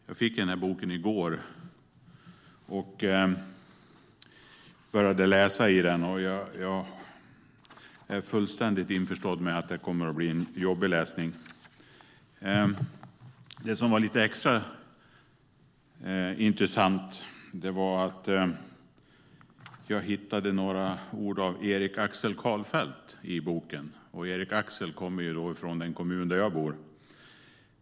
Jag fick boken i går och började läsa, och jag är fullständigt införstådd med att det kommer att bli en jobbig läsning. Det som var lite extra intressant var att jag hittade några ord av Erik Axel Karlfeldt i boken. Erik Axel kommer från den kommun som jag bor i.